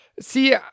See